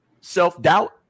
self-doubt